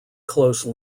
close